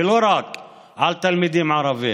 ולא רק על תלמידים ערבים.